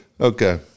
Okay